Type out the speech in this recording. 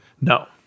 No